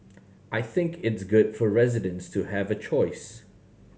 I think is good for residents to have a choice